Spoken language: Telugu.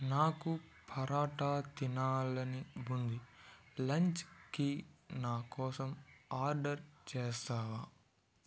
నాకు పరాఠా తినాలని ఉంది లంచ్ కి నా కోసం ఆర్డర్ చేస్తావా